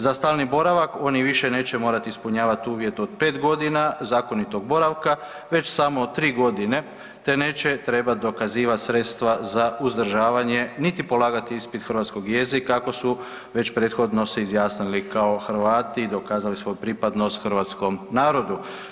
Za stalni boravak oni više neće morati ispunjavati uvjet od 5 godina zakonitog boravka već samo 3 godine te neće trebati dokazivati sredstva za uzdržavanje niti polagati ispit hrvatskoga jezika ako su već prethodno se izjasnili kao Hrvati i dokazali svoju pripadnost hrvatskom narodu.